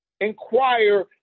inquire